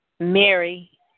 Mary